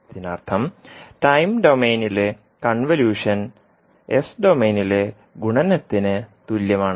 ഇതിനർത്ഥം ടൈം ഡൊമെയ്നിലെ convolution S ഡൊമെയ്നിലെ ഗുണനത്തിന് തുല്യമാണ്